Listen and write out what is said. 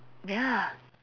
ya